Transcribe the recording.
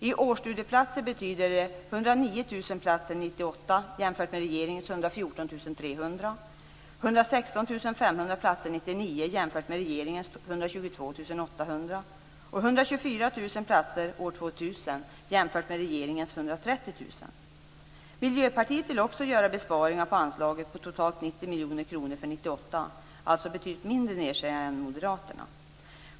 I årsstudieplatser betyder det 109 000 platser 1998 jämfört med regeringens 114 300, 116 500 platser 1999 jämfört med regeringens 122 800 och 124 000 platser år 2000 Miljöpartiet vill också göra besparingar på anslaget med totalt 90 miljoner kronor för 1998, alltså betydligt mindre nedskärningar än moderaterna.